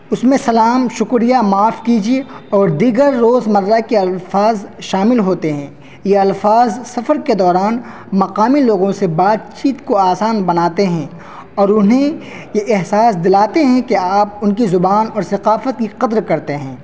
اس میں سلام شکریہ معاف کیجیے اور دیگر روزمرہ کے الفاظ شامل ہوتے ہیں یہ الفاظ سفر کے دوران مقامی لوگوں سے بات چیت کو آسان بناتے ہیں اور انہیں یہ احساس دلاتے ہیں کہ آپ ان کی زبان اور ثقافت کی قدر کرتے ہیں